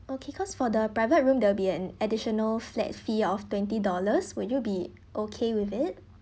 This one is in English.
okay because for the private room there'll be an additional flat fee of twenty dollars would you be okay with it